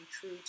true